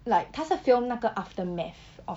like 他是 film 那个 aftermath of